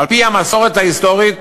על-פי המסורת ההיסטורית